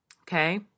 Okay